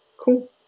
Cool